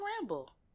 ramble